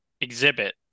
exhibit